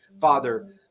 Father